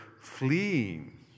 fleeing